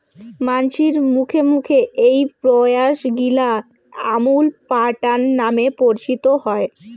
মানসির মুখে মুখে এ্যাই প্রয়াসগিলা আমুল প্যাটার্ন নামে পরিচিত হই